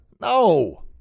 No